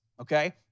okay